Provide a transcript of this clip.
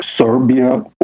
Serbia